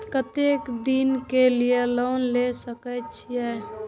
केते दिन के लिए लोन ले सके छिए?